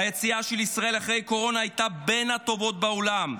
היציאה של ישראל אחרי הקורונה הייתה בין הטובות בעולם.